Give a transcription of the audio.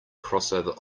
crossover